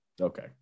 okay